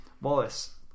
Wallace